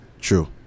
True